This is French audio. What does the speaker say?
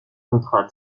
contrats